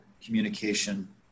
communication